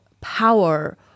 power